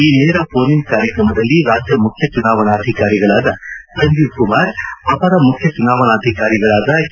ಈ ನೇರ phone in ಕಾರ್ಯಕ್ರಮದಲ್ಲಿ ರಾಜ್ಯ ಮುಖ್ಯ ಚುನಾವಣಾಧಿಕಾರಿಗಳಾದ ಸಂಜೀವ್ ಕುಮಾರ್ ಅಪರ ಮುಖ್ಯ ಚುನಾವಣಾಧಿಕಾರಿಗಳಾದ ಕೆ